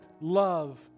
love